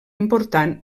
important